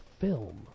film